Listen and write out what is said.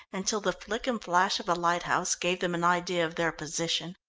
until the flick and flash of a lighthouse gave them an idea of their position.